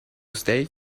stay